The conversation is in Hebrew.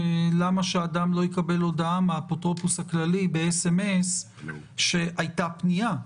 למה שאדם לא יקבל הודעה מהאפוטרופוס הכללי ב-SMS שהייתה פנייה,